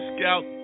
Scout